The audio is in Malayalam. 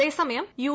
അതേസമയം യു